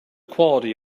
quality